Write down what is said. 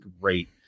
great